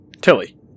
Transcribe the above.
tilly